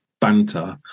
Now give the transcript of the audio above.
banter